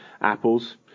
apples